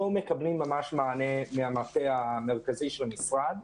מקבלים ממש מענה מהמטה המרכזי של המשרד,